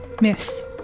Miss